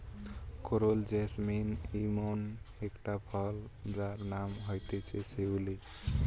coral jasmine ইমন একটা ফুল যার নাম হতিছে শিউলি